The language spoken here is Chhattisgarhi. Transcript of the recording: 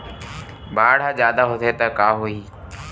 बाढ़ ह जादा होथे त का होही?